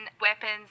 weapons